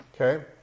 Okay